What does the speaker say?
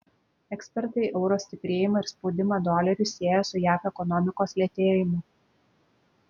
ekspertai euro stiprėjimą ir spaudimą doleriui siejo su jav ekonomikos lėtėjimu